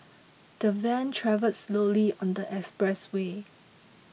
the van travelled slowly on the expressway